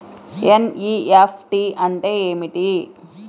NEFT అంటే ఏమిటీ?